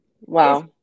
Wow